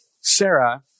Sarah